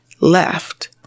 left